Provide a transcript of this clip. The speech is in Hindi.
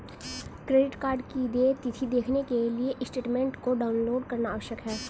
क्रेडिट कार्ड की देय तिथी देखने के लिए स्टेटमेंट को डाउनलोड करना आवश्यक है